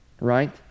right